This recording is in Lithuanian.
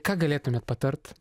ką galėtumėt patart